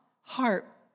heart